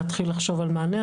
להתחיל לחשוב על מענה.